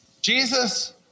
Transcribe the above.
Jesus